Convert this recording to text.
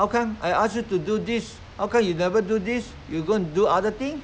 how come I ask you to do this how come you never do this you go and do other thing